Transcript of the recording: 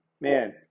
Man